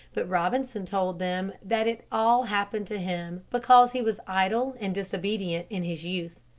but robinson told them that it all happened to him because he was idle and disobedient in his youth.